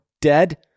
dead